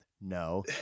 No